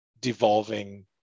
devolving